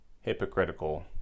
hypocritical